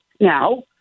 Now